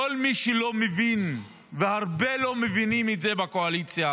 כל מי שלא מבין, והרבה לא מבינים את זה בקואליציה,